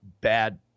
bad